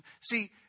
See